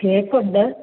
ആ കേക്ക് ഉണ്ട്